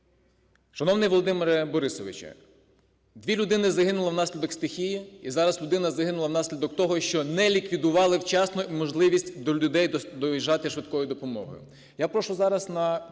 Шановний Володимир Борисович, дві людини загинули внаслідок стихії, і зараз людина загинула внаслідок того, що не ліквідували вчасно можливість до людей доїжджати швидкою допомогою.